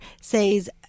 says